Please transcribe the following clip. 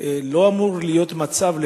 לא אמור להיות מצב,